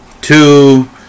Two